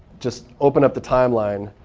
just open up the timeline.